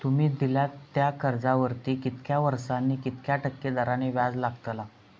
तुमि दिल्यात त्या कर्जावरती कितक्या वर्सानी कितक्या टक्के दराने व्याज लागतला?